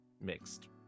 mixed